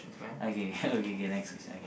okay okay okay okay next question okay